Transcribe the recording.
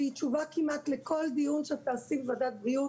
והיא תשובה כמעט לכל דיון שאת תעשי בוועדת הבריאות,